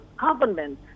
government